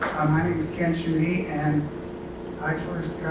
my name is kent scheutte, and i first